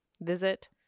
visit